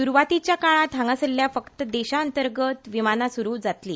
सुरवातीच्या काळात हांगासरल्यान फकत देशा अंतर्गत विमान सेवा सुरू जातली